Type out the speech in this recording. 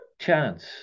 chance